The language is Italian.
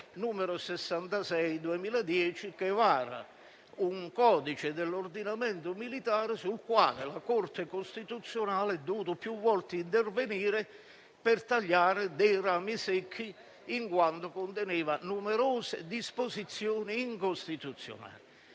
n. 66 del 2010, che vara un codice dell'ordinamento militare sul quale la Corte costituzionale ha dovuto più volte intervenire per tagliare dei rami secchi, in quanto conteneva numerose disposizioni incostituzionali.